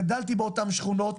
גדלתי באותן שכונות,